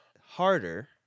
harder